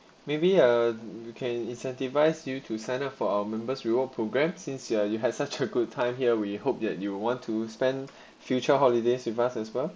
maybe uh you can incentivize you to sign up for our members reward programs since you are you had such a good time here we hope that you will want to spend future holidays with us as well